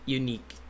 unique